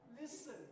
Listen